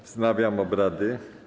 Wznawiam obrady.